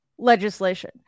legislation